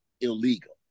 illegal